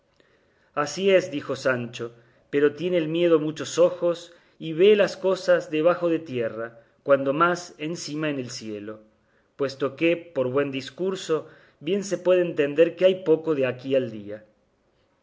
así es dijo sancho pero tiene el miedo muchos ojos y vee las cosas debajo de tierra cuanto más encima en el cielo puesto que por buen discurso bien se puede entender que hay poco de aquí al día